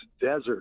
desert